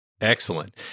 Excellent